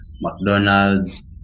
McDonald's